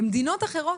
במדינות אחרות,